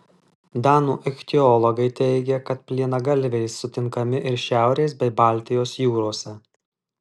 danų ichtiologai teigia kad plienagalviai sutinkami ir šiaurės bei baltijos jūrose